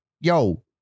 yo